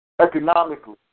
economically